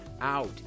out